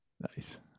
Nice